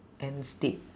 end state